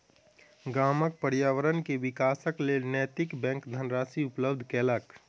गामक पर्यावरण के विकासक लेल नैतिक बैंक धनराशि उपलब्ध केलक